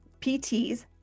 PTs